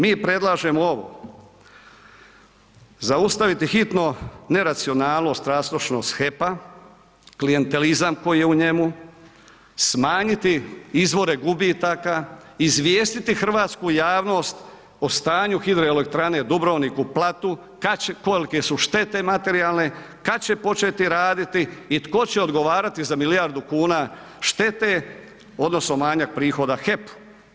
Mi predlažemo ovo, zaustaviti hitno neracionalnost, rastrošnost HEP-a, klijentelizam koji je u njemu, smanjiti izvore gubitaka, izvijestiti hrvatsku javnost o stanju HE Dubrovnik u Platu, kolike su štete materijalne, kad će početi raditi i tko će ogovarati za milijardu kuna štete odnosno manjak prihoda HEP-u.